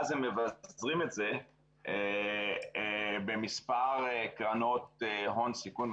ואז הם מפזרים את זה במספר קרנות הון סיכון.